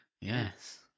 Yes